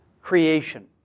creation